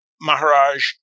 maharaj